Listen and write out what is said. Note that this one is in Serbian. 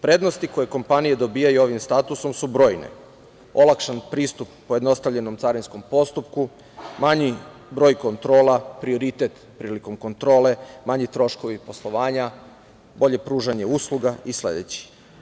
Prednosti koje kompanije dobijaju ovim statusom su brojne: olakšan pristup pojednostavljenom carinskom postupku, manji broj kontrola, prioritet prilikom kontrole, manji troškovi poslovanja, bolje pružanje usluga i sledeći.